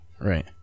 Right